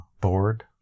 board